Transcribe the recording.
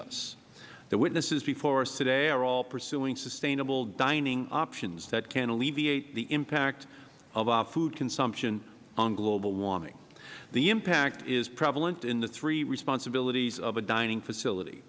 us the witnesses before us today are all pursuing sustainable dining options that can alleviate the impact of our food consumption on global warming the impact is prevalent in the three responsibilities of a dining facility